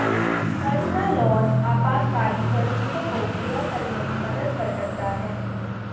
personal loan आपातकालीन जरूरतों को पूरा करने में मदद कर सकता है